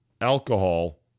alcohol